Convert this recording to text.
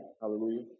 hallelujah